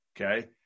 okay